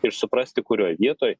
ir suprasti kurioj vietoj